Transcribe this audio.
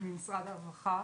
ממשרד הרווחה.